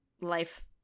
life